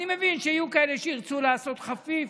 אני מבין שיהיו כאלה שירצו לעשות חפיף,